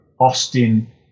Austin